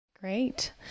Great